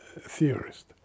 theorist